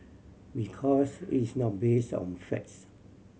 because it's not base on facts